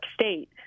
State